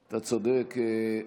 אתה צודק.